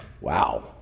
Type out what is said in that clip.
Wow